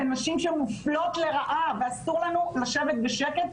זה נשים שהן מופלות לרעה ואסור לנו לשבת בשקט,